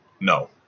No